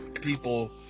people